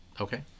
Okay